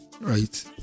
right